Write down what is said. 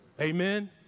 Amen